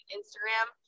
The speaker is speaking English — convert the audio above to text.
Instagram